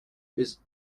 ist